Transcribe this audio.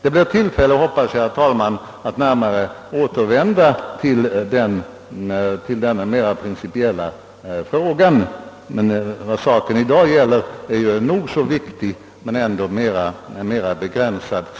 Jag hoppas, herr talman, att det blir tillfälle att närmare återkomma till denna mera principiella fråga. Den sak det i dag gäller är nog så viktig men ändå mera begränsad.